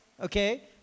okay